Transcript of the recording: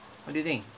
what do you think